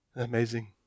Amazing